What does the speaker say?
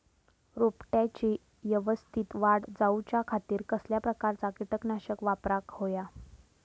रोपट्याची यवस्तित वाढ जाऊच्या खातीर कसल्या प्रकारचा किटकनाशक वापराक होया?